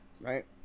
Right